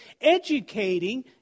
educating